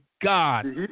God